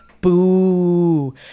boo